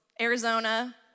Arizona